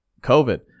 COVID